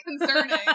concerning